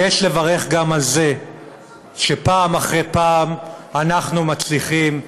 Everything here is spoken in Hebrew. ויש לברך גם על זה שפעם אחר פעם אנחנו מצליחים,